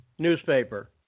Newspaper